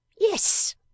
Yes